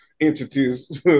entities